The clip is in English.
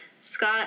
Scott